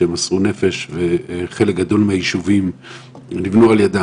שמסרו נפש וחלק גדול מהישובים נבנו על ידם.